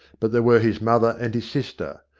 but there were his mother and his sister.